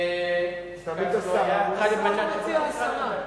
אתה מציע הסרה.